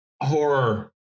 horror